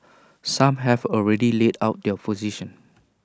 some have already laid out their position